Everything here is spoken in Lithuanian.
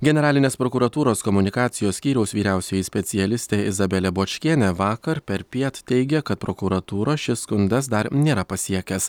generalinės prokuratūros komunikacijos skyriaus vyriausioji specialistė izabelė bočkienė vakar perpiet teigė kad prokuratūros šis skundas dar nėra pasiekęs